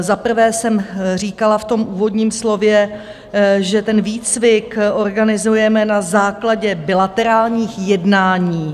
Za prvé jsem říkala v úvodním slově, že ten výcvik organizujeme na základě bilaterálních jednání.